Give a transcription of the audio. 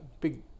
big